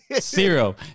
zero